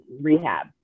rehab